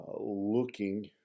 looking